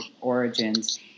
origins